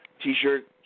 t-shirt